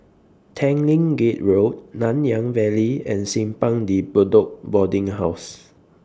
Tanglin Gate Road Nanyang Valley and Simpang De Bedok Boarding House